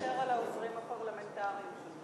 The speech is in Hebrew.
אתה יכול לוותר על העוזרים הפרלמנטריים שלך.